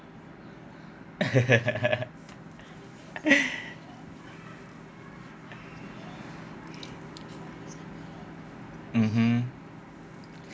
mmhmm